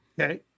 Okay